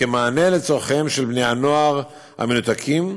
כמענה לצורכיהם של בני הנוער המנותקים.